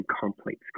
complex